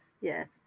Yes